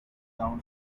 down